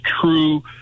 true